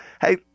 Hey